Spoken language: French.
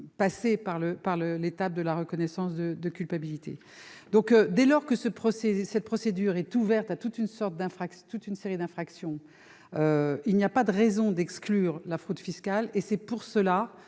l'impasse sur l'étape de reconnaissance de la culpabilité. Dès lors que cette procédure est ouverte à toute une série d'infractions, il n'y a pas de raison d'en exclure la fraude fiscale. En dépit de